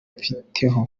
mbifiteho